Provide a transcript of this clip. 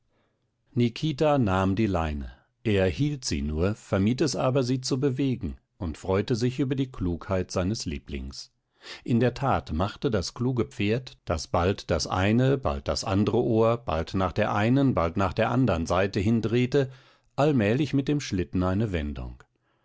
nikita nahm die leine er hielt sie nur vermied es aber sie zu bewegen und freute sich über die klugheit seines lieblings in der tat machte das kluge pferd das bald das eine bald das andre ohr bald nach der einen bald nach der anderen seite hin drehte allmählich mit dem schlitten eine wendung